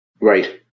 Right